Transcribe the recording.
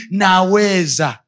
naweza